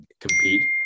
compete